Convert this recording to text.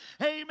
amen